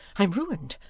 i'm ruined.